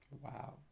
wow